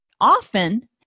often